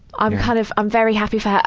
i'm kind of, i'm very happy for her. i,